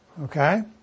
okay